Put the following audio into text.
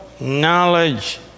knowledge